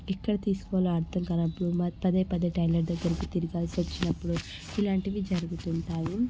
ఎక్కడ తీసుకోవాలో అర్థం కానప్పుడు పదే పదే టైలర్ దగ్గరికి తిరగాల్సి వచ్చినప్పుడు ఇలాంటివి జరుగుతుంటాయి